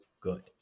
good